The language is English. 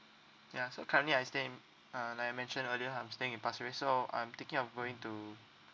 ya so currently I stay in uh like I mentioned earlier I'm staying in pasir ris so I'm thinking of going to